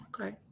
Okay